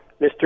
Mr